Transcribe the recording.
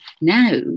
Now